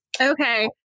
okay